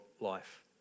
life